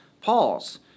pause